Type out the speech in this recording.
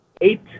eight